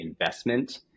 investment